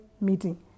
meeting